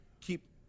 keep